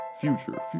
future